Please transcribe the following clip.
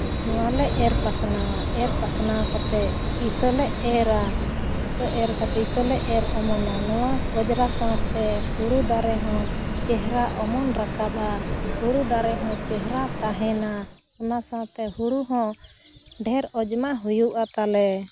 ᱱᱚᱣᱟ ᱞᱮ ᱮᱨᱻ ᱯᱟᱥᱱᱟᱣᱟ ᱮᱨᱻ ᱯᱟᱥᱱᱟᱣ ᱠᱟᱛᱮ ᱤᱛᱟᱹᱞᱮ ᱮᱨᱻᱟ ᱤᱛᱟᱹ ᱮᱨ ᱠᱟᱛᱮ ᱤᱛᱟᱹ ᱞᱮ ᱮᱨ ᱚᱢᱚᱱᱟ ᱱᱚᱣᱟ ᱚᱡᱽᱨᱟ ᱥᱟᱶᱛᱮ ᱦᱳᱲᱳ ᱫᱟᱨᱮ ᱦᱚᱸ ᱪᱮᱦᱨᱟ ᱚᱢᱚᱱ ᱨᱟᱠᱟᱵᱽᱼᱟ ᱦᱳᱲᱳ ᱫᱟᱨᱮ ᱦᱚᱸ ᱪᱮᱦᱨᱟ ᱛᱟᱦᱮᱱᱟ ᱚᱱᱟ ᱥᱟᱶᱛᱮ ᱦᱳᱲᱳ ᱦᱚᱸ ᱰᱷᱮᱨ ᱚᱡᱽᱱᱟ ᱦᱩᱭᱩᱜᱼᱟ ᱛᱟᱞᱮ